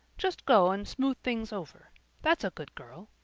just go and smooth things over that's a good girl.